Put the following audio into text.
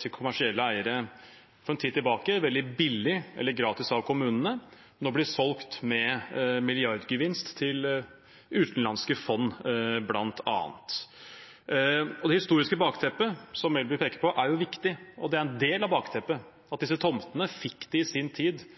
til kommersielle eiere for en tid tilbake av kommunene, veldig billig eller gratis, og som nå blir solgt med milliardgevinst til utenlandske fond, bl.a. Det historiske bakteppet, som Melby peker på, er viktig. Det er en del av bakteppet at disse tomtene fikk de i sin tid